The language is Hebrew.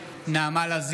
(קורא בשם חברת הכנסת) נעמה לזימי,